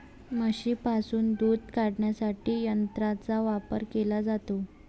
म्हशींपासून दूध काढण्यासाठी यंत्रांचा वापर केला जातो